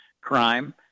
crime